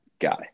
guy